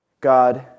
God